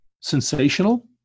sensational